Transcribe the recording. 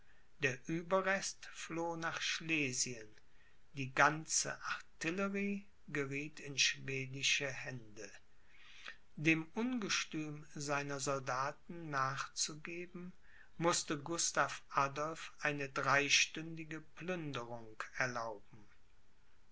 der ueberrest floh nach schlesien die ganze artillerie gerieth in schwedische hände dem ungestüm seiner soldaten nachzugeben mußte gustav adolph eine dreistündige plünderung erlauben